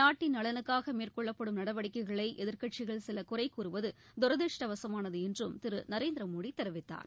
நாட்டின் நலனுக்காக மேற்கொள்ளப்படும் நடவடிக்கைகளை எதிர்க்கட்சிகள் சில முகுறைகூறுவது துரதிருஷ்டவசமானது என்றும் திரு நரேந்திர மோடி தெரிவித்தார்